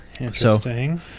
Interesting